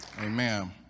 amen